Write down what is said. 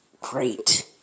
great